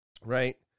right